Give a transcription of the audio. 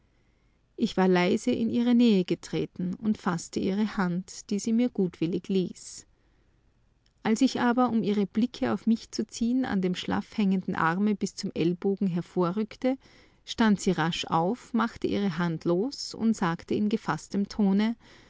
ich war leise in ihre nähe getreten und faßte ihre hand die sie mir gutwillig ließ als ich aber um ihre blicke auf mich zu ziehen an dem schlaff hängenden arme bis zum ellenbogen emporrückte stand sie rasch auf machte ihre hand los und sagte in gefaßtem tone